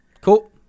Cool